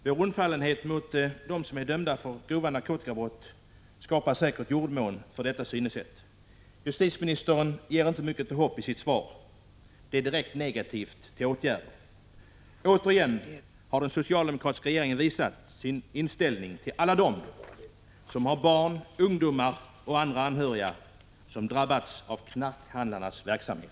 Vår undfallenhet mot dem som är dömda för grova narkotikabrott skapar säkert jordmån för ett sådant synsätt. Justitieministern ger inte mycket av hopp i sitt svar. Det är direkt negativt till åtgärder. Återigen har den socialdemokratiska regeringen visat sin inställning till alla dem som har barn, ungdomar och andra anhöriga som drabbats av knarkhandlarnas verksamhet.